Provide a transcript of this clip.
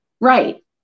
Right